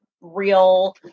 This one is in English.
real